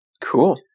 Cool